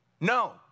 No